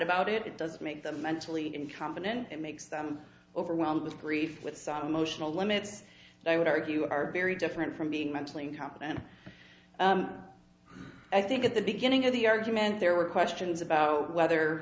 about it it does make them mentally incompetent and makes them overwhelmed with grief with some emotional limits i would argue are very different from being mentally incompetent and i think at the beginning of the argument there were questions about whether